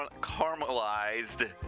caramelized